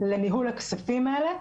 לניהול הכספים האלה.